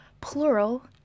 plural